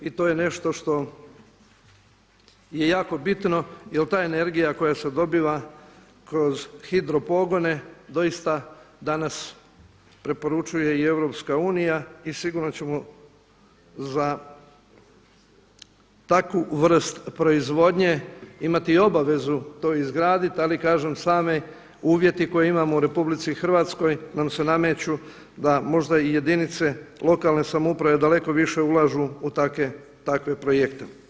I to je nešto što je jako bitno jer ta energija koja se dobiva kroz hidro pogone doista danas preporučuje i EU i sigurno ćemo za takvu vrstu proizvodnje imati i obavezu to izgraditi ali kažem sami uvjeti koje imamo u RH nam se nameću da možda i jedinice lokalne samouprave daleko više ulažu u takve projekte.